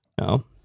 No